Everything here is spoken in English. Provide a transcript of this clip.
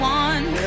one